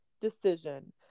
decision